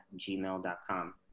gmail.com